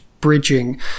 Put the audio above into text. bridging